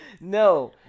No